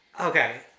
Okay